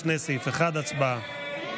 לפני סעיף 1. הצבעה.